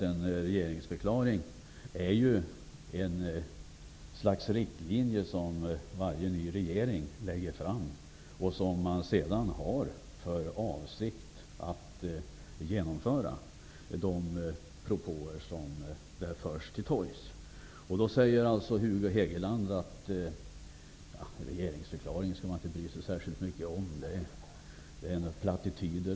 En regeringsförklaring är ju ändå ett slags riktlinje, som varje ny regering lägger fram, och som man har för avsikt att följa vid de propåer som förs till torgs. Hugo Hegeland säger att man inte skall bry sig särskilt mycket om en regeringsförklarings plattityder.